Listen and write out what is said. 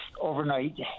overnight